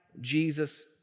Jesus